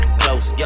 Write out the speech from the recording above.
close